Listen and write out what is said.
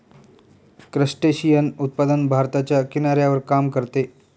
crustacean उत्पादन भारताच्या किनाऱ्यावर काम करते